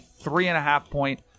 three-and-a-half-point